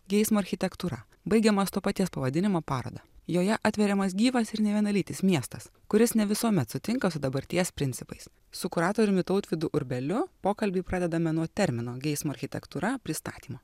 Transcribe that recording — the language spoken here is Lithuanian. geismo architektūra baigiamas to paties pavadinimo paroda joje atveriamas gyvas ir nevienalytis miestas kuris ne visuomet sutinka su dabarties principais su kuratoriumi tautvydu urbeliu pokalbį pradedame nuo termino geismo architektūra pristatymo